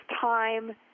time